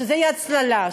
שתהיה הצללה,